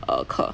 err 课